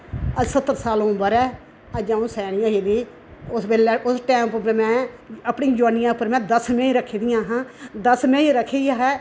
अज सत्तर साल उम्र ऐ अज अ'ऊं सयानी होई दी उस वेल्ले उस टैम उप्पर में अपनी जवानी उप्पर में दस मैहीं रखी दियां हां दस मैहीं रखी ऐ